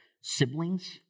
siblings